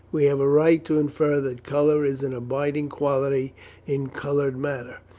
we have a right to infer that colour is an abiding quality in coloured matter,